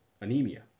anemia